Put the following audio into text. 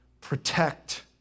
Protect